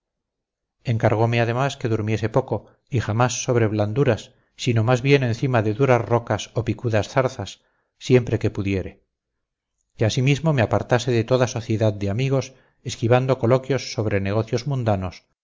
encargome además que durmiese poco y jamás sobre blanduras sino más bien encima de duras rocas o picudas zarzas siempre que pudiere que asimismo me apartase de toda sociedad de amigos esquivando coloquios sobre negocios mundanos